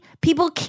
people